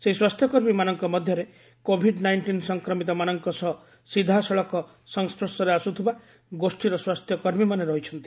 ସେହି ସ୍ୱାସ୍ଥ୍ୟକର୍ମୀମାନଙ୍କ ମଧ୍ୟରେ କୋଭିଡ ନାଇଷ୍ଟିନ୍ ସଂକ୍ରମିତ ମାନଙ୍କ ସହ ସିଧାସଳଖ ସଂମ୍ପର୍ଶରେ ଆସୁଥିବା ଗୋଷ୍ଠୀର ସ୍ୱାସ୍ଥ୍ୟ କର୍ମୀମାନେ ରହିଛନ୍ତି